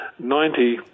90%